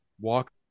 walk